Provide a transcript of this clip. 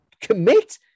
commit